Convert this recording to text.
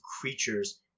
creatures